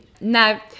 Now